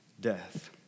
death